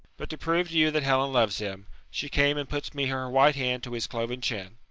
but to prove to you that helen loves him she came and puts me her white hand to his cloven chin